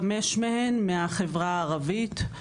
חמש מהן מהחברה הערבית,